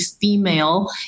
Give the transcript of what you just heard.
female